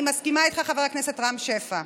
אני מסכימה איתך, חבר הכנסת רם שפע,